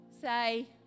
say